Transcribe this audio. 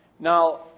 Now